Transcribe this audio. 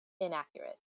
inaccurate